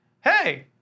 hey